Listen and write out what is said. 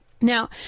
Now